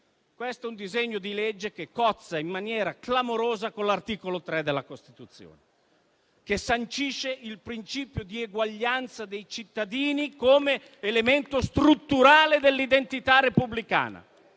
legge all'ordine del giorno cozza in maniera clamorosa con l'articolo 3 della Costituzione, che sancisce il principio di eguaglianza dei cittadini come elemento strutturale dell'identità repubblicana.